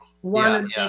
one